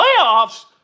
Playoffs